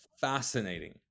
fascinating